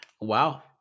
Wow